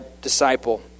disciple